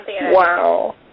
Wow